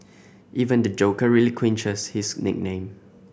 even the Joker relinquishes his nickname